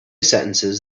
sentences